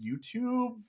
YouTube